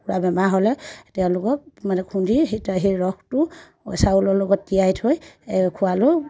কুকুৰা বেমাৰ হ'লে তেওঁলোকক মানে খুন্দি সেই সেই ৰসটো চাউলৰ লগত তিয়াই থৈ খোৱালে